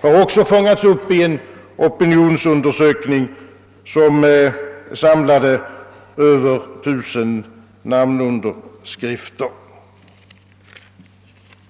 har också fångats upp i en opinionsundersökning som samlat över 1000 namnunderskrifter.